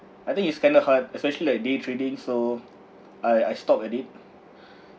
I think it's kind of hard especially like day trading so I I stopped already